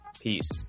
Peace